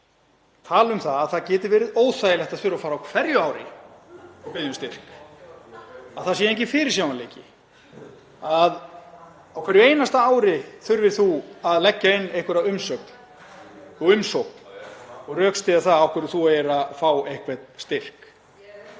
töluðu um að það geti verið óþægilegt að þurfa að fara á hverju ári og biðja um styrk, að það sé enginn fyrirsjáanleiki, að á hverju einasta ári þurfi að leggja inn einhverja umsögn og umsókn og rökstyðja það af hverju þú eigir að fá einhvern styrk.